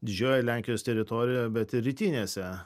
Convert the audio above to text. didžiojoj lenkijos teritorijoje bet ir rytinėse